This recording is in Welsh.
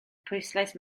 pwyslais